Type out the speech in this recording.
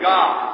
God